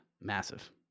massive